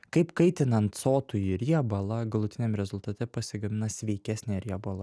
kaip kaitinant sotųjį riebalą galutiniam rezultate pasigamina sveikesnė riebalo